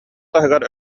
таһыгар